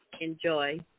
Enjoy